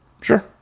Sure